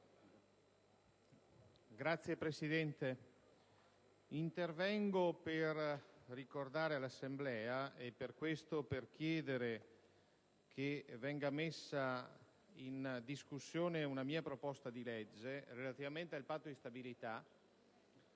Signor Presidente, intervengo per ricordare all'Assemblea un questione e per chiedere che venga messa in discussione una mia proposta di legge relativa al Patto di stabilità,